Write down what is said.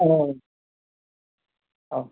औ औ औ